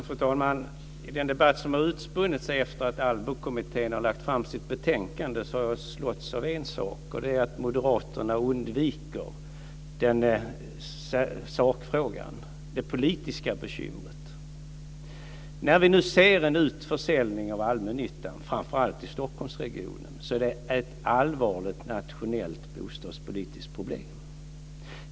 Fru talman! I den debatt som har utspunnit sig efter det att Allbo-kommittén har lagt fram sitt betänkande har jag slagits av en sak, och det är att Moderaterna undviker sakfrågan, nämligen det politiska bekymret. När vi nu ser en utförsäljning av allmännyttan, framför allt i Stockholmsregionen, är det ett allvarligt nationellt bostadspolitiskt problem.